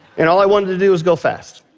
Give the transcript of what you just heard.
and all i wanted to do was go fast.